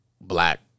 black